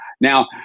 Now